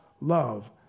love